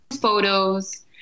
photos